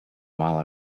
while